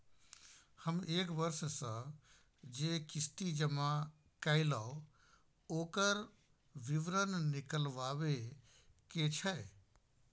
हम एक वर्ष स जे किस्ती जमा कैलौ, ओकर विवरण निकलवाबे के छै?